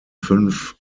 fünf